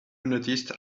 noticed